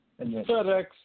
FedEx